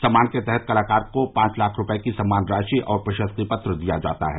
सम्मान के तहत कलाकार को पांच लाख रूपये की सम्मान राशि और प्रशस्ति पत्र दिया जाता है